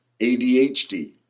ADHD